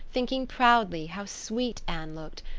thinking proudly how sweet anne looked,